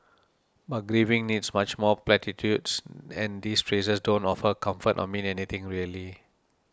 but grieving needs much more platitudes and these phrases don't offer comfort or mean anything really